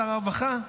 שר הרווחה?